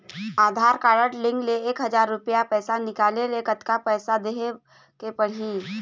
आधार card link ले एक हजार रुपया पैसा निकाले ले कतक पैसा देहेक पड़ही?